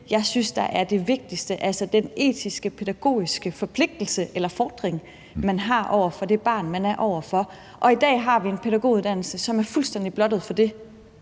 jeg synes er det vigtigste, altså den etiske, pædagogiske forpligtelse eller fordring, man har over for det barn, man er over for. Og i dag har vi en pædagoguddannelse, som er fuldstændig blottet for det